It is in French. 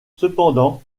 cependant